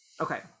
okay